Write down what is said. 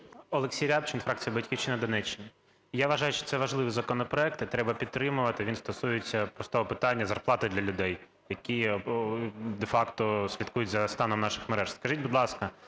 Олексій Рябчин, фракція "Батьківщина", Донеччина. Я вважаю, що це важливий законопроект і треба підтримувати. Він стосується простого питання зарплати для людей, які де-факто слідкують з станом наших мереж. Скажіть, будь ласка,